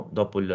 dopo